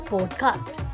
Podcast